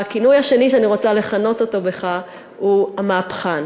הכינוי השני שאני רוצה לכנות אותך בו הוא המהפכן.